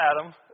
Adam